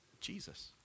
Jesus